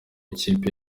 ikipe